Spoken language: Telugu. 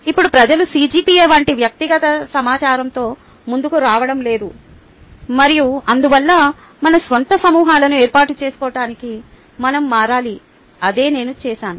ఇప్పుడు ప్రజలు CGPA వంటి వ్యక్తిగత సమాచారంతో ముందుకు రావడం లేదు మరియు అందువల్ల మన స్వంత సమూహాలను ఏర్పరచటానికి మనం మారాలి అదే నేను చేసాను